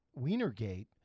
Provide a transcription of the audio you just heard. Wienergate